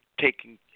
taking